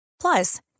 Plus